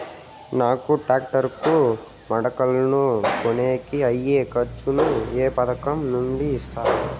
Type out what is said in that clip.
నాకు టాక్టర్ కు మడకలను కొనేకి అయ్యే ఖర్చు ను ఏ పథకం నుండి ఇస్తారు?